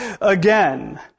again